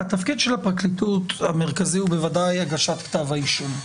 התפקיד של הפרקליטות הוא בוודאי הגשת כתב האישום.